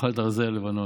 ותאכל את ארזי הלבנון".